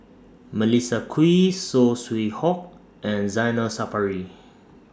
Melissa Kwee Saw Swee Hock and Zainal Sapari